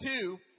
two